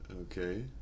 Okay